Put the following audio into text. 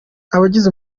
abagize